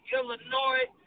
Illinois